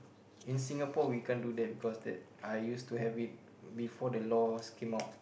in Singapore we can't do that because that I used to have it before the laws came out